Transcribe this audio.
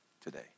today